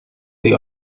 the